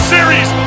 Series